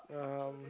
um